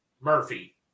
Murphy